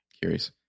Curious